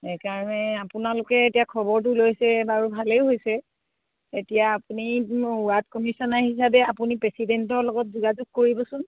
সেইকাৰণে আপোনালোকে এতিয়া খবৰটো লৈছে বাৰু ভালেই হৈছে এতিয়া আপুনি ৱাৰ্ড কমিছনাৰ হিচাপে আপুনি প্ৰেচিডেণ্টৰ লগত যোগাযোগ কৰিবচোন